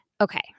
Okay